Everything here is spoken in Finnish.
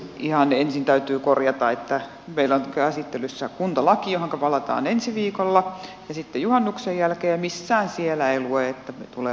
ihan ensin täytyy korjata että meillä on käsittelyssä kuntalaki johonka palataan ensi viikolla ja sitten juhannuksen jälkeen ja missään siellä ei lue että tulee pakkoliitoksia